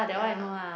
ya